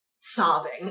Sobbing